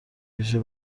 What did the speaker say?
ویژه